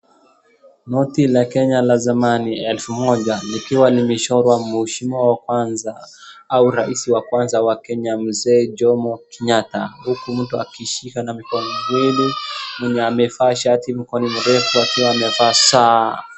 Noti la Kenya la zamani elfu moja likiwa limechorwa muheshimiwa wa kwanza au rais wa kwanza wa Kenya mzee Jomo Kenyatta huku mtu akishika na mikono miwili mwenye amevaa shati mikono mirefu akiwa amevaa saa.